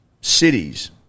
cities